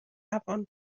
afon